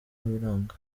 biranga